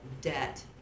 debt